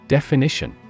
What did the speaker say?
Definition